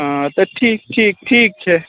हँ तऽ ठीक ठीक ठीक छै